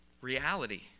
reality